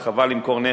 כי חבל למכור,